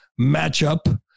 matchup